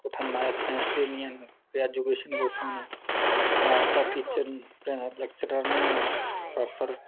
उत्थै math science दे नीं ऐ न ते ऐजुकेशन कुत्थां दा होनी मैथ दा टीचर लैक्चरार्र नीं होना प्रॉपर